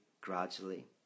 gradually